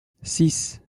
six